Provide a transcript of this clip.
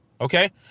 okay